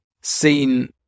seen